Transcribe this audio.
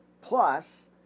plus